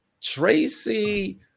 Tracy